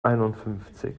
einundfünfzig